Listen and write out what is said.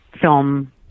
film